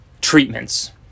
treatments